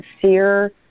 sincere